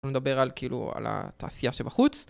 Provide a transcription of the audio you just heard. נדבר על כאילו על התעשייה שבחוץ.